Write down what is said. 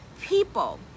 people